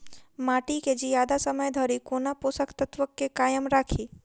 माटि केँ जियादा समय धरि कोना पोसक तत्वक केँ कायम राखि?